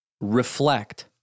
reflect